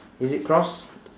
is it crossed